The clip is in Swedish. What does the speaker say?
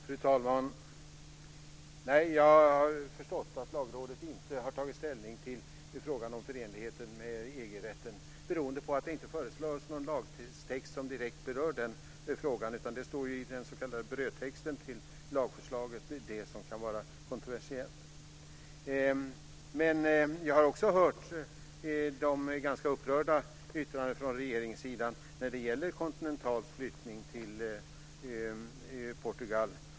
Fru talman! Nej, jag har förstått att Lagrådet inte har tagit ställning till frågan om förenligheten med EG-rätten beroende på att det inte har föreslagits någon lagtext som direkt berör den frågan, utan det står i den s.k. brödtexten till lagförslaget, och det är den som kan vara kontroversiell. Jag har också hört ganska upprörda yttranden från regeringen när det gäller Continentals flyttning till Portugal.